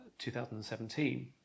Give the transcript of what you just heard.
2017